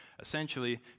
essentially